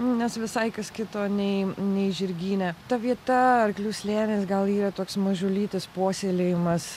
nes visai kas kito nei nei žirgyne ta vieta arklių slėnis gal yra toks mažulytis puoselėjimas